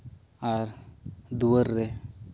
ᱟᱨ ᱫᱩᱣᱟᱹᱨ ᱨᱮ